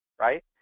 right